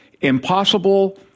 impossible